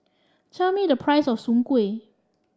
tell me the price of Soon Kway